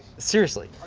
seriously.